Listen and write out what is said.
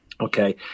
Okay